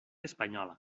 espanyola